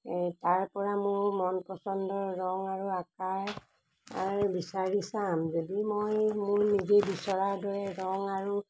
তাৰপৰা মোৰ মন পচন্দৰ ৰং আৰু আকাৰ বিচাৰি চাম যদি মই মোৰ নিজে বিচৰা দৰে ৰং আৰু